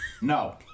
No